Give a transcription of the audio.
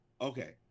Okay